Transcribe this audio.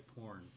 porn